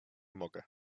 mogę